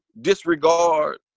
disregard